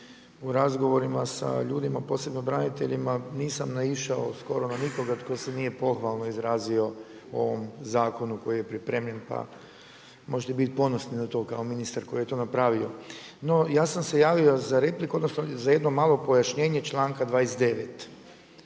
U razgovorima sa ljudima, posebno braniteljima nisam naišao skoro na nikoga tko se nije pohvalno izrazio o ovom zakonu koji je pripremljen, pa možete biti ponosni na to kao ministar koji je to napravio. No ja sam se javio za repliku odnosno za jedno malo pojašnjenje članka 29.